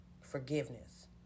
Forgiveness